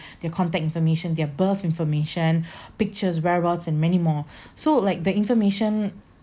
their contact information their birth information pictures whereabouts and many more so like the information